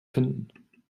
finden